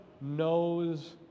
knows